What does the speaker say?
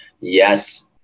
yes